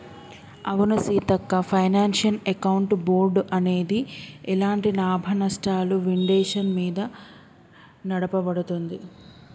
అవును Seethakka financial account board అనేది ఎలాంటి లాభనష్టాలు విండేషన్ మీద నడపబడుతుంది